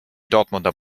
dortmunder